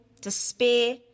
despair